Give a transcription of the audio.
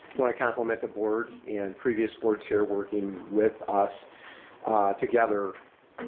wanna compliment the board and previous boards here working with us together.